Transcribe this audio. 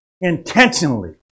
Intentionally